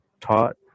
taught